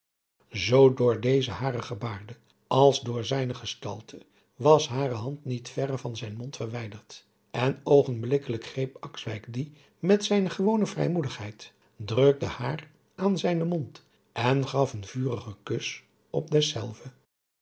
zoo door deze hare gebaarde als door zijne gestalte was hare hand niet verre van zijn mond verwijderd en oogenblikkelijk greep akswijk die met zijne gewone vrijmoedigheid drukte haar aan zijnen mond en gaf een vurigen kus op dezelve